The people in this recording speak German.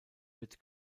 wird